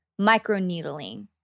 microneedling